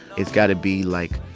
it's got to be, like,